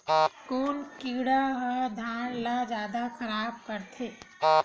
कोन कीड़ा ह धान ल जादा खराब करथे?